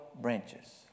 branches